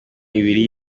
ibiri